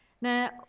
Now